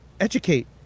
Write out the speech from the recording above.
educate